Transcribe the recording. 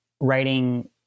writing